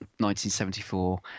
1974